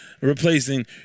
replacing